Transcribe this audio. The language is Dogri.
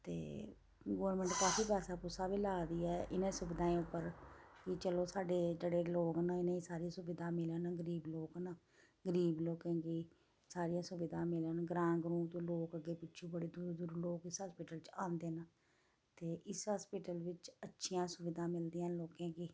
ते गोरमैंट काफी पैसा पुसा बी ला दी ऐ इनें सुविधाएं उप्पर कि चलो साड्डे जेह्ड़े लोक न इनें सारी सुविधां मिलन गरीब लोक न गरीब लोकें गी सारियां सुविधां मिलन ग्रांऽ ग्रुं तु लोक अग्गें पिच्छुं बड़े दुरुं दुरुं लोक इस हास्पिटल च आंदे न ते इस हास्पिटल बिच्च अच्छियां सुविधां मिलदियां न लोकें गी